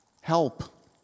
help